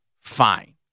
fine